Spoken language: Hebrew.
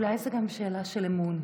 אולי זאת גם שאלה של אמון,